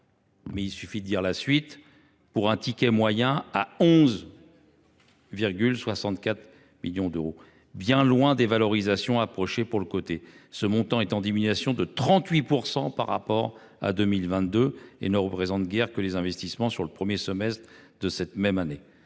8,32 milliards d’euros en 2023, pour un ticket moyen de 11,64 millions d’euros, bien loin des valorisations des entreprises cotées. Ce montant est en diminution de 38 % par rapport à 2022 et ne représente que les investissements sur le premier semestre de cette même année.